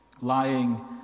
lying